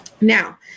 Now